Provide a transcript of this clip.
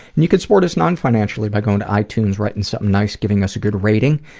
and you can support us non-financially by going to ah itunes, writing something nice, giving us a good rating.